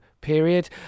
period